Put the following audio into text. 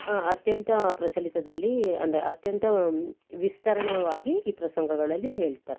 ಅತ್ಯಂತ ಪ್ರಚಲಿತದಲ್ಲಿ ಅಂದರೆ ಅತ್ಯಂತ ವಿಸ್ತರಣೀಯವಾಗಿ ಈ ಪ್ರಸಂಗಗಳಲ್ಲಿ ಹೇಳ್ತಾರೆ